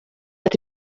ati